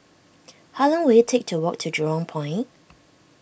how long will it take to walk to Jurong Point